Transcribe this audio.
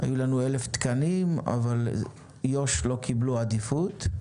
היו לנו 1,000 תקנים אבל יו"ש לא קיבלו עדיפות.